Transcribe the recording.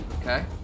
Okay